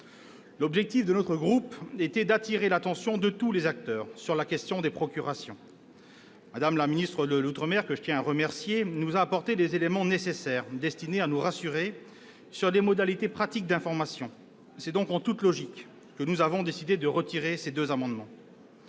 L'objectif de notre groupe était d'attirer l'attention de tous les acteurs sur la question des procurations. Mme la ministre de l'outre-mer, que je tiens à remercier, nous a apporté les éléments nécessaires pour nous rassurer sur les modalités pratiques d'information. C'est donc en toute logique que nous avons décidé de retirer ces deux amendements.